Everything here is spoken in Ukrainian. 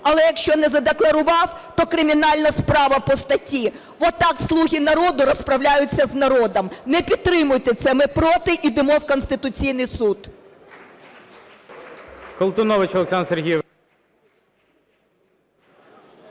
Але якщо не задекларував, то кримінальна справа по статті. От так "слуги народу" розправляються з народом. Не підтримуйте це! Ми проти і йдемо в Конституційний Суд!